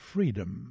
Freedom